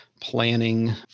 planning